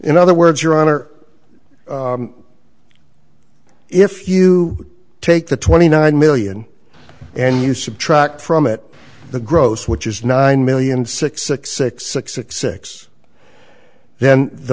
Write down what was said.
in other words your honor if you take the twenty nine million and you subtract from it the gross which is nine million six six six six six six then the